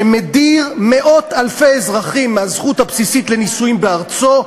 שמדיר מאות-אלפי אזרחים מהזכות הבסיסית לנישואים בארצו,